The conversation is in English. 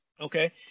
Okay